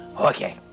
Okay